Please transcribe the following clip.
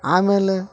ಆಮೇಲೆ